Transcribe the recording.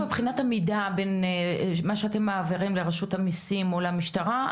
מבחינת המידע בין מה שאתם מעבירים לרשות המיסים או למשטרה,